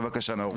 בבקשה, נאור.